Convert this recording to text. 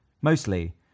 Mostly